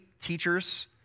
teachers